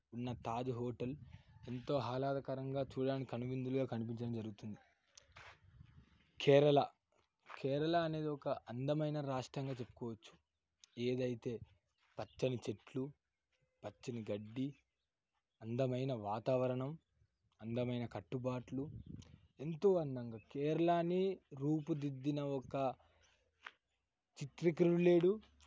ఉన్న తాజ్ హోటల్ ఎంతో ఆహ్లాదకరంగా చూడ్డానికి కనిపింపగా కనిపించడం జరుగుతుంది కేరళ కేరళ అనేది ఒక అందమైన రాష్ట్రంగా చెప్పుకోవచ్చు ఏదైతే పచ్చని చెట్లు పచ్చని గడ్డి అందమైన వాతావరణం అందమైన కట్టుబాట్లు ఎంతో అందంగా కేరళని రూపు దిద్దిన ఒక చిత్రకారుడు లేడు